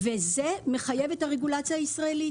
וזה מחייב את הרגולציה הישראלית.